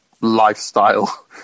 lifestyle